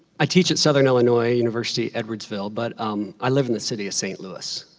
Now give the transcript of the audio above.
i teach at southern illinois university edwardsville, but um i live in the city of st. louis